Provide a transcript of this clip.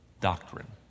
doctrine